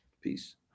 Peace